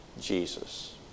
Jesus